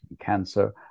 cancer